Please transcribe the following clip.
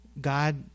God